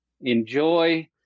enjoy